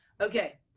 Okay